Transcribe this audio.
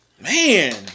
man